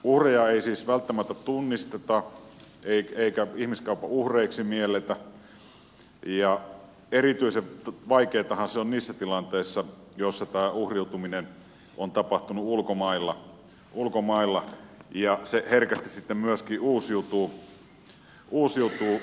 uhreja ei siis välttämättä tunnisteta eikä ihmiskaupan uhreiksi mielletä ja erityisen vaikeatahan se on niissä tilanteissa joissa tämä uhriutuminen on tapahtunut ulkomailla ja se herkästi sitten myöskin uusiutuu